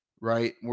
Right